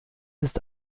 ist